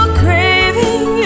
craving